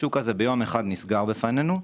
השוק הזה ביום אחד נסגר בפנינו,